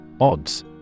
Odds